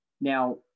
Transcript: Now